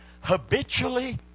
habitually